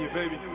baby